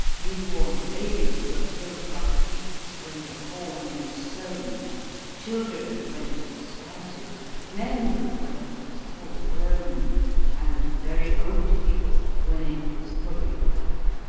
new-born babies were killed by the priests when the corn was sown children when it had sprouted men when it was full grown and very old people when it was fully ripe.